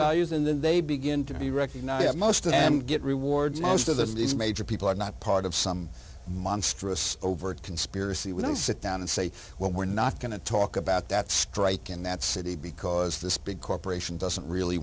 values and then they begin to recognize that most of them get rewards most of these major people are not part of some monstrous overt conspiracy we don't sit down and say well we're not going to talk about that strike in that city because this big corporation doesn't really